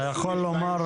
אתה יכול לומר,